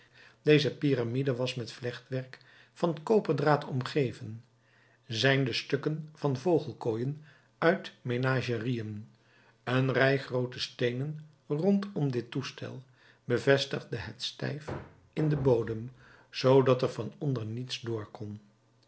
deze piramide was met vlechtwerk van koperdraad omgeven zijnde stukken van vogelkooien uit menagerieën een rij groote steenen rondom dit toestel bevestigde het stijf in den bodem zoodat er van onder niets door